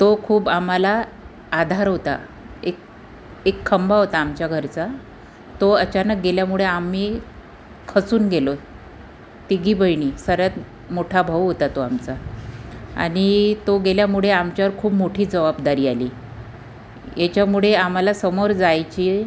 तो खूप आम्हाला आधार होता एकएक खंबा होता आमच्या घरचा तो अचानक गेल्यामुळे आम्ही खचून गेलो तिघी बहिणी साऱ्यात मोठा भाऊ होता तो आमचा आणि तो गेल्यामुळे आमच्यावर खूप मोठी जबाबदारी आली याच्यामुळे आम्हाला समोर जायची